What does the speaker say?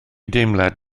deimlad